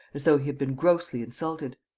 as though he had been grossly insulted.